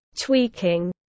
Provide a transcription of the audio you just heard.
tweaking